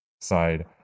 side